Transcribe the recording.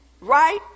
right